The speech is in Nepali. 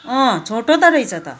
अँ छोटो त रहेछ त